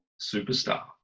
superstar